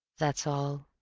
that's all.